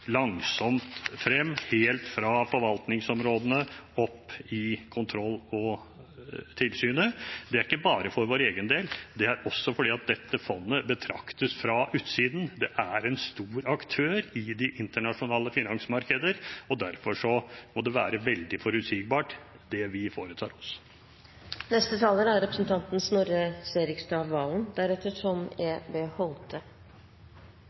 langsomt frem helt fra forvaltningsområdene og opp til kontroll og tilsyn. Det er ikke bare for vår egen del, det er også fordi dette fondet betraktes fra utsiden. Det er en stor aktør i de internasjonale finansmarkeder. Derfor må det være veldig forutsigbart det vi foretar oss. Jeg vil gratulere interpellanten med dagen og takke ham for å reise en veldig viktig sak. Representanten